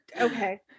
okay